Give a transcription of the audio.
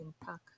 impact